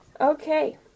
okay